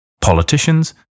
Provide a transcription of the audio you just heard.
Politicians